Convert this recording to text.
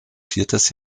viertes